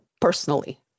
personally